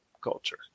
Culture